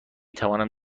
توانم